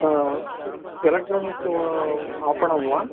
electronic आपणं वा